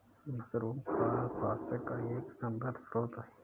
mushroom खाद phosphate का एक समृद्ध स्रोत है